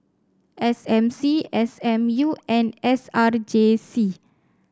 S M C S M U and S R J C